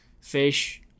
fish